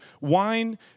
Wine